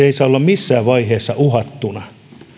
ei saa olla missään vaiheessa uhattuna